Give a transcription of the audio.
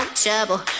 trouble